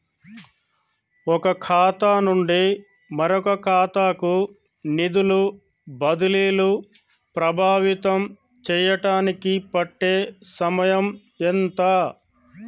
ఒక ఖాతా నుండి మరొక ఖాతా కు నిధులు బదిలీలు ప్రభావితం చేయటానికి పట్టే సమయం ఎంత?